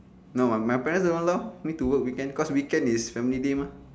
no ah my parent won't allow me to work weekend because weekend is family day mah